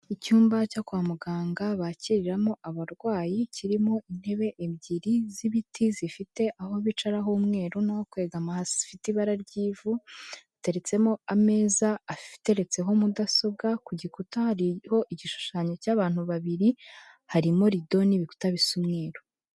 Icyumba cyo kwa muganga bakiriramo abarwayi kirimo intebe ebyiri z'ibiti zifite aho bicara h'umweru naho kwegama hafite ibara ry'ivu, hateretsemo ameza ateretseho mudasobwa, ku gikuta hariho igishushanyo cy'abantu babiri, harimo rido n'ibikuta bisa umweru.